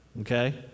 Okay